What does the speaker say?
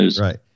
Right